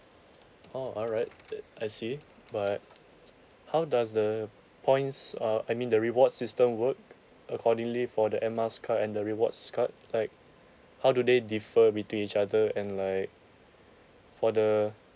oh alright uh I see but how does the points uh I mean the reward system work accordingly for the air miles card and the rewards card like how do they differ between each other and like for the